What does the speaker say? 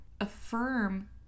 affirm